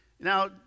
Now